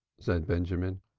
said benjamin,